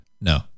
No